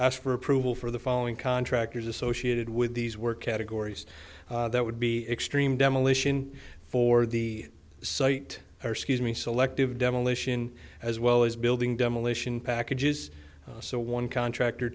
ask for approval for the following contractors associated with these work categories that would be extreme demolition for the site eight her scuse me selective demolition as well as building demolition packages so one contractor